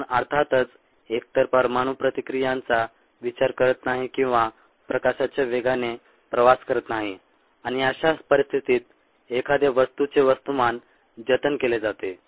आपण अर्थातच एकतर परमाणु प्रतिक्रियांचा विचार करत नाही किंवा प्रकाशाच्या वेगाने प्रवास करत नाही आणि अशा परिस्थितीत एखाद्या वस्तूचे वस्तुमान जतन केले जाते